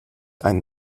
einen